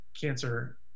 Cancer